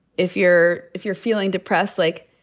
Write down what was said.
if you're if you're feeling depressed, like,